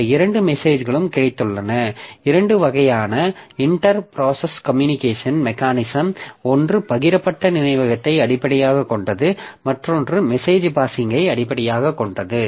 இந்த இரண்டு மெசேஜ்களும் கிடைத்துள்ளன இரண்டு வகையான இன்டெர் ப்ராசஸ் கம்யூனிகேஷன் மெக்கானிசம் ஒன்று பகிரப்பட்ட நினைவகத்தை அடிப்படையாகக் கொண்டது மற்றொன்று மெசேஜ் பாஸ்ஸிங்ஐ அடிப்படையாகக் கொண்டது